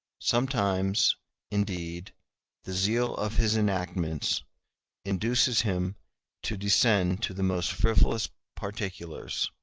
sometimes indeed the zeal of his enactments induces him to descend to the most frivolous particulars